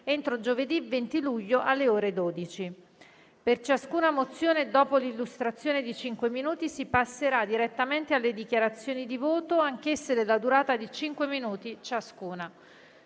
entro giovedì 20 luglio, alle ore 12. Per ciascuna mozione, dopo l'illustrazione di cinque minuti, si passerà direttamente alle dichiarazioni di voto, anch'esse della durata di cinque minuti ciascuna.